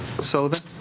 Sullivan